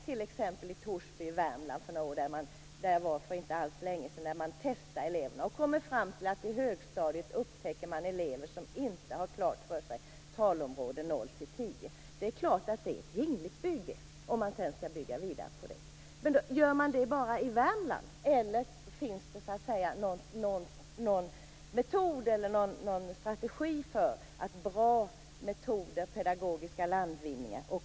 T.ex. i Torsby var det inte länge sedan man testade eleverna och upptäckte att det fanns elever på högstadiet som inte hade klart för sig talområde noll till tio. Det är klart att det är ett vingligt bygge att sedan bygga vidare på. Men gör man detta bara i Värmland, eller finns det någon metod eller strategi för att också sprida bra metoder och pedagogiska landvinningar?